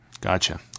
Gotcha